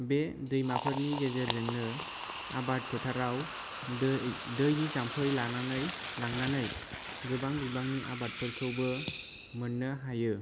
बे दैमाफोरनि गेजेरजोंनो आबाद फोथाराव दैनि जाम्फै लानानै लांनानै गोबां बिबांनि आबादफोरखौबो मोन्नो हायो